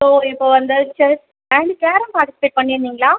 so இப்போ வந்து chess and carrom participate பண்ணிருந்தீங்களா